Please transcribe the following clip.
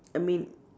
I mean